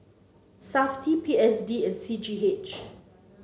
Safti P S D and C G H